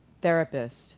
therapist